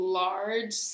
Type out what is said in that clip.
large